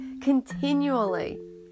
continually